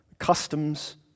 Customs